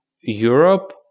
Europe